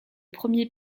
premier